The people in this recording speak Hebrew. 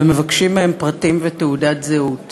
ומבקשים מהם פרטים ותעודת זהות.